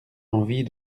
envie